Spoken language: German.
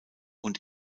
und